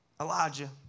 Elijah